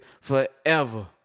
forever